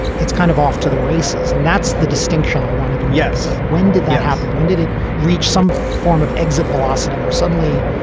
it's kind of off to the races. and that's the distinction. i wanted him. yeah. it's like when did that happen? when did it reach some form of exit velocity where suddenly